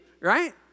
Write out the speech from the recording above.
right